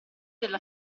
della